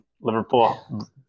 Liverpool